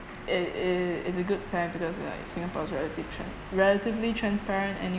it it it's a good time because like singapore is relative tran~ relatively transparent and you